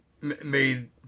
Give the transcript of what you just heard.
made